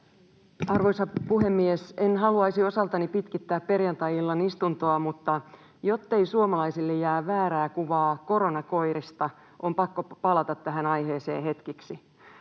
Arvoisa puhemies! En haluaisi osaltani pitkittää perjantai-illan istuntoa, mutta jottei suomalaisille jää väärää kuvaa koronakoirista, on pakko palata tähän aiheeseen hetkeksi.